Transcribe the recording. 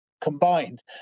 combined